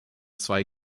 zwei